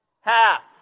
half